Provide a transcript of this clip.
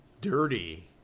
dirty